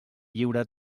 lliure